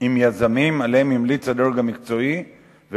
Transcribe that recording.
עם יזמים שהדרג המקצועי המליץ עליהם,